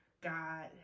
God